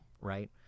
right